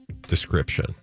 description